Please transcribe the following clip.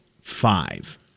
five